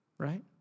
right